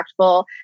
impactful